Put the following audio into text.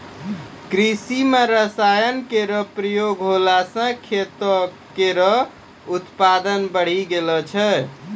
कृषि म रसायन केरो प्रयोग होला सँ खेतो केरो उत्पादन बढ़ी गेलो छै